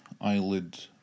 eyelid